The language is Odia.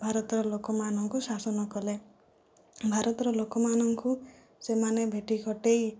ଭାରତର ଲୋକମାନଙ୍କୁ ଶାସନ କଲେ ଭାରତର ଲୋକମାନଙ୍କୁ ସେମାନେ ବେଠି ଖଟେଇ